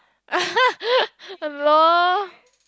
lol